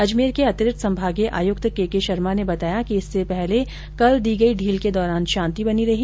अजमेर के अतिरिक्त संभागीय आयुक्त के के शर्मा ने बताया कि इससे पहले कल दी गई ढील के दौरान शांति बनी रही